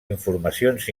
informacions